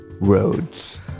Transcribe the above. roads